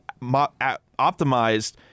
optimized